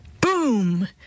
boom